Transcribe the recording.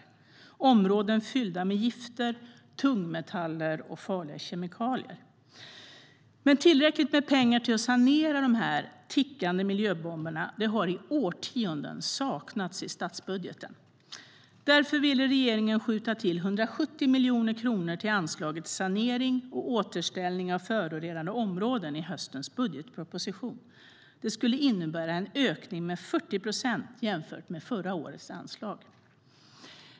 Det är områden fyllda med gifter, tungmetaller och farliga kemikalier. Tillräckligt med pengar för att sanera dessa tickande miljöbomber har i årtionden saknats i statsbudgeten. Därför ville regeringen skjuta till 170 miljoner kronor till anslaget sanering och återställning av förorenade områden i höstens budgetproposition. Det skulle ha inneburit en ökning med 40 procent jämfört med förra årets anslag.